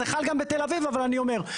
זה חל גם בתל אביב אבל אני אומר.